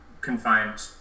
confined